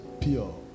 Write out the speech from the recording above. pure